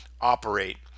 operate